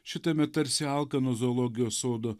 šitame tarsi alkano zoologijos sodo